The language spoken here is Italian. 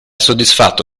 soddisfatto